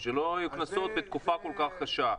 שלא יהיו קנסות בתקופה כל כך קשה.